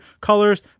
Colors